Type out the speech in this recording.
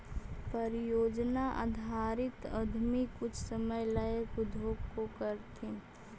परियोजना आधारित उद्यमी कुछ समय ला एक उद्योग को करथीन